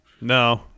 No